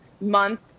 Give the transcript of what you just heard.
month